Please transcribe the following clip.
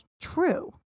true